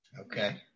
Okay